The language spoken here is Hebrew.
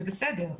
זה בסדר,